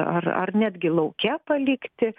ar ar netgi lauke palikti